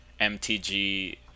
MTG